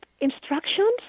instructions